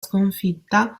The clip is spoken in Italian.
sconfitta